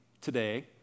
today